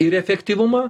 ir efektyvumą